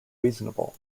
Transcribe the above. reasonable